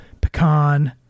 pecan